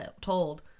told